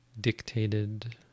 dictated